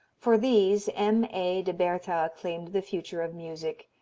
for these m. a. de bertha claimed the future of music.